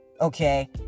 okay